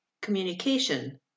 Communication